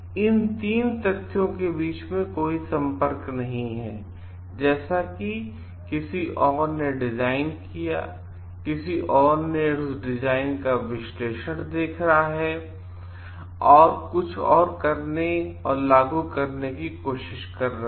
इन 3 तथ्यों के बीच कोई संपर्क नहीं है जैसा कि किसी और ने डिज़ाइन किया है और किसी और ने उस डिज़ाइन का विश्लेषण देख रहा है और कुछ और करने और लागू करने की कोशिश कर रहा है